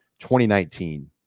2019